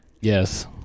yes